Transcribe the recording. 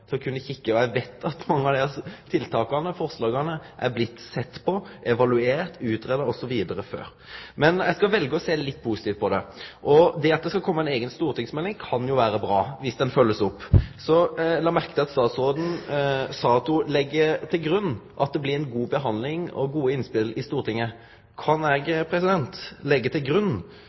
å kunne kikke. Eg veit at mange av desse tiltaka og forslaga er blitt sedde på, og er evaluerte og utgreidde før. Men eg skal velje å sjå litt positivt på dette. Det at det skal kome ei eiga stortingsmelding, kan vere bra om ho blir følgd opp. Eg la merke til at statsråden sa at ho legg til grunn at det blir ei god behandling med gode innspel i Stortinget. Kan eg leggje til grunn